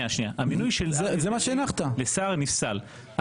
זה מה שהנחת המינוי של דרעי לשר נפסל.